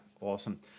Awesome